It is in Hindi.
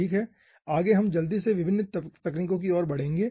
ठीक है आगे हम जल्दी से विभिन्न तकनीकों की ओर बढ़ेंगे